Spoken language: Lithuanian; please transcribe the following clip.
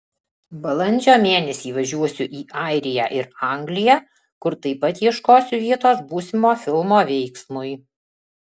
balandžio mėnesį važiuosiu į airiją ir angliją kur taip pat ieškosiu vietos būsimo filmo veiksmui